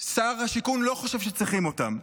שר השיכון לא חושב שצריכים אותם.